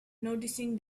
noticing